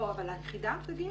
היחידה הזו?